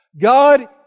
God